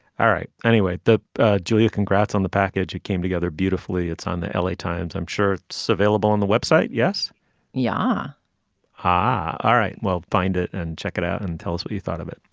all right. anyway the julia congrats on the package it came together beautifully it's on the l a. times i'm sure it's available on the website yes ya ha all right. well find it and check it out and tell us what you thought of it.